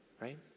right